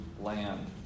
land